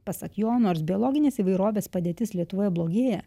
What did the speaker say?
pasak jo nors biologinės įvairovės padėtis lietuvoje blogėja